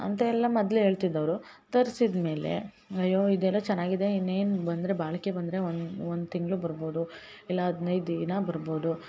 ಅಂತ ಎಲ್ಲ ಮೊದ್ಲೆ ಹೇಳ್ತಿದ್ದೋರು ತರ್ಸಿದ ಮೇಲೆ ಅಯ್ಯೋ ಇದೆಲ್ಲ ಚೆನ್ನಾಗಿದೆ ಇನ್ನೇನು ಬಂದರೆ ಬಾಳಿಕೆ ಬಂದರೆ ಒಂದು ಒಂದು ತಿಂಗಳು ಬರ್ಬೌದು ಇಲ್ಲ ಹದಿನೈದು ದಿನ ಬರ್ಬೌದು